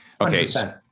Okay